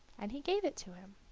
and he gave it to him.